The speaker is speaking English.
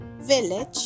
village